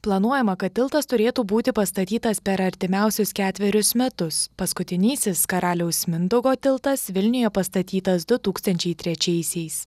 planuojama kad tiltas turėtų būti pastatytas per artimiausius ketverius metus paskutinysis karaliaus mindaugo tiltas vilniuje pastatytas du tūkstančiai trečiaisiais